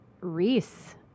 Reese